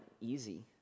easy